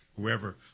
Whoever